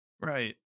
Right